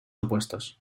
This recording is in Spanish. opuestos